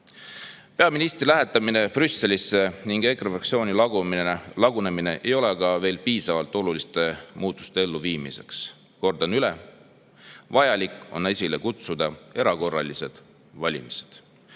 Peaministri lähetamine Brüsselisse ning EKRE fraktsiooni lagunemine ei ole veel piisav oluliste muutuste elluviimiseks. Kordan üle: vaja on esile kutsuda erakorralised valimised. Jõudu